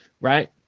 right